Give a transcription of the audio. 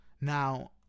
Now